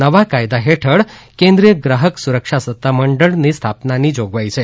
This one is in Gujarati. નવા કાયદા હેઠળ કેન્દ્રિય ગ્રાહક સુરક્ષા સત્તામંડળની સ્થાપનાની જોગવાઈ છે